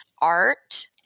Art